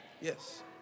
Yes